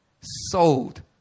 sold